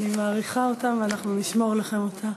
אני מעריכה אותן ואנחנו נשמור לכם אותן.